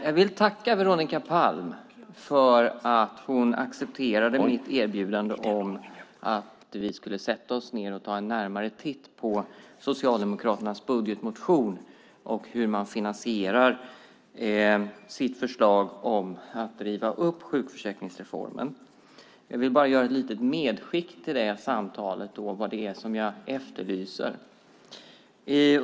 Jag vill tacka Veronica Palm för att hon accepterade mitt erbjudande om att vi skulle sätta oss ned och ta en närmare titt på Socialdemokraternas budgetmotion och hur de finansierar sitt förslag om att riva upp sjukförsäkringsreformen. Jag vill bara göra ett litet medskick till det samtalet om vad det är som jag efterlyser.